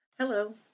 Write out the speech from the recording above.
Hello